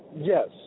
Yes